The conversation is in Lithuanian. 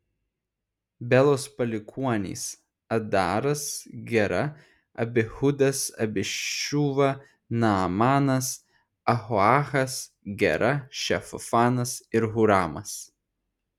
belos palikuonys adaras gera abihudas abišūva naamanas ahoachas gera šefufanas ir huramas